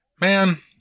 man